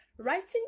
writing